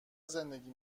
زندگی